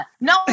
No